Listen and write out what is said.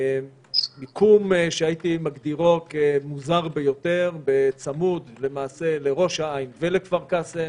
מיקום שהייתי מגדירו כמוזר ביותר בצמוד לראש העין ולכפר קאסם,